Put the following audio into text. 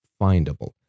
findable